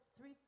three